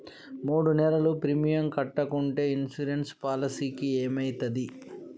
మూడు నెలలు ప్రీమియం కట్టకుంటే ఇన్సూరెన్స్ పాలసీకి ఏమైతది?